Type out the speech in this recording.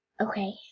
okay